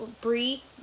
Bree